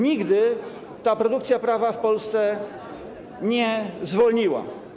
Nigdy produkcja prawa w Polsce nie zwolniła.